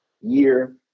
year